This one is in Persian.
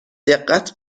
دقت